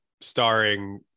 starring